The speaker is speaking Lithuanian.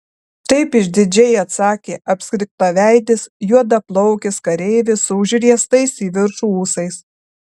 taip išdidžiai atsakė apskritaveidis juodaplaukis kareivis su užriestais į viršų ūsais